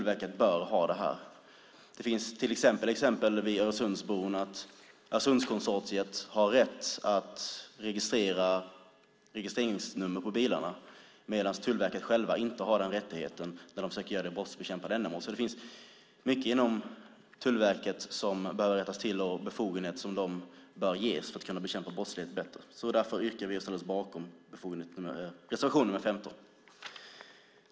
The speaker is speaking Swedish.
Vid Öresundsbron har till exempel Öresundskonsortiet rätt att registrera registreringsnummer på bilarna, men Tullverket har inte den rättigheten när det gäller brottsbekämpande ändamål. Det finns alltså mycket inom Tullverket som behöver rättas till, och de bör ges befogenheter för att kunna bekämpa brottslighet bättre. Därför yrkar vi bifall till reservation nr 15.